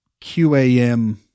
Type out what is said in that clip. QAM